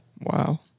Wow